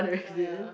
oh ya